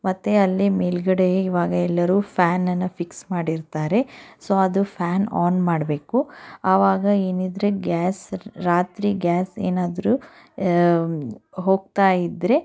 ಮತ್ತು ಅಲ್ಲೇ ಮೇಲುಗಡೆ ಈವಾಗ ಎಲ್ಲರೂ ಫ್ಯಾನನ್ನು ಫಿಕ್ಸ್ ಮಾಡಿರ್ತಾರೆ ಸೊ ಅದು ಫ್ಯಾನ್ ಆನ್ ಮಾಡಬೇಕು ಆವಾಗ ಏನಿದ್ದರೆ ಗ್ಯಾಸ್ ರಾತ್ರಿ ಗ್ಯಾಸ್ ಏನಾದರೂ ಹೋಗ್ತಾಯಿದ್ರೆ